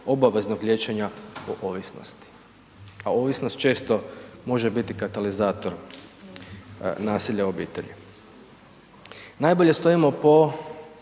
obaveznog liječenja ovisnosti. A ovisnost često može biti katalizator nasilja u obitelji. Najbolje stojimo po